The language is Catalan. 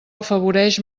afavoreix